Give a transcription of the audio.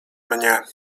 mnie